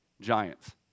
Giants